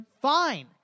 fine